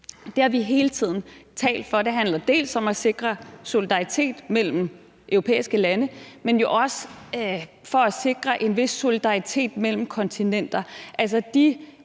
Det har vi hele tiden talt for, og det handler dels om at sikre solidaritet mellem europæiske lande, dels om at sikre en vis solidaritet mellem kontinenter.